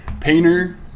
painter